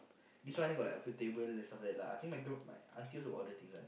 this one only got like a few table like that ah I think my g~ my aunty also got that thing lah